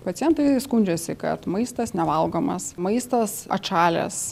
pacientai skundžiasi kad maistas nevalgomas maistas atšalęs